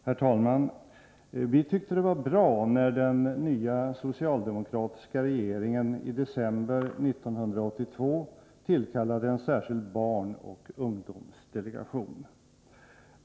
Herr talman! Vi tyckte att det var bra när den nya socialdemokratiska regeringen i december 1982 tillkallade en särskild barnoch ungdomsdelegation.